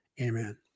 amen